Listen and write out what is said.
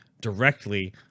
directly